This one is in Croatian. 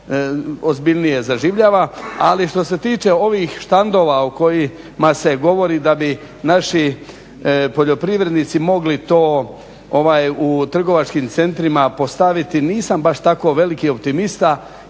ozbiljnije zaživljava, ali što se tiče ovih štandova o kojima se govori, da bi naši poljoprivrednici mogli to u trgovačkim centrima postaviti, nisam baš tako veliki optimista